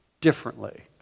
differently